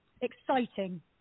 exciting